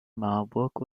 marburg